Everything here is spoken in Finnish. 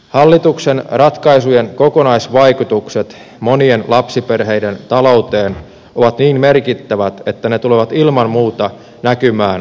hallituksen ratkaisujen kokonaisvaikutukset monien lapsiperheiden talouteen ovat niin merkittävät että ne tulevat ilman muuta näkymään arjessa